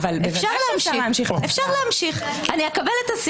אי-אפשר להבין בכלל על מה